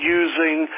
using